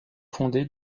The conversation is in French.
fondé